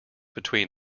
between